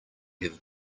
have